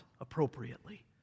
appropriately